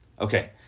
Okay